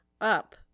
up